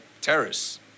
terrorists